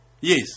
yes